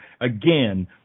Again